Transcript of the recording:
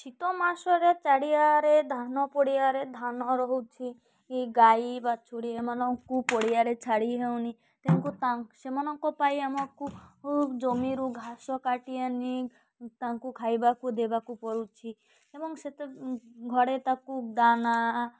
ଶୀତ ମାସରେ ଚାରିଆଡ଼େ ଧାନ ପଡ଼ିଆରେ ଧାନ ରହୁଛି କି ଗାଈ ବାଛୁରି ଏମାନଙ୍କୁ ପଡ଼ିଆରେ ଛାଡ଼ି ହେଉନି ତେଣୁ ତା ସେମାନଙ୍କ ପାଇଁ ଆମକୁ ଜମିରୁ ଘାସ କାଟି ଆନି ତାଙ୍କୁ ଖାଇବାକୁ ଦେବାକୁ ପଡ଼ୁଛି ଏବଂ ସେତେ ଘଡ଼େ ତାଙ୍କୁ ଦାନା